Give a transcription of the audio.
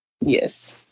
Yes